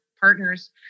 partners